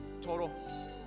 total